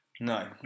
No